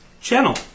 Channel